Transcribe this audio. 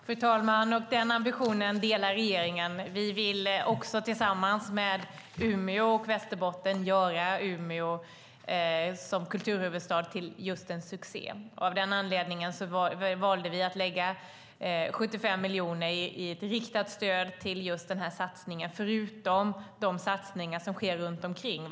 Fru talman! Den ambitionen delar regeringen. Vi vill också, tillsammans med Umeå och Västerbotten, göra Umeå som kulturhuvudstad till en succé. Av den anledningen valde vi att lägga 75 miljoner i ett riktat stöd till den här satsningen, förutom de satsningar som sker runt omkring.